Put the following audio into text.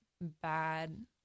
bad